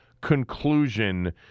conclusion